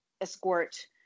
escort